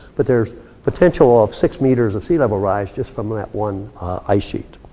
but there's potential of six meters of sea-level rise just from that one ice sheet.